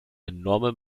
enorme